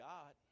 God